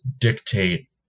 dictate